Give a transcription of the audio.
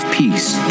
peace